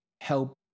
help